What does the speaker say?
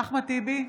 אחמד טיבי,